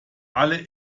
alle